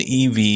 EV